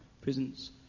prisons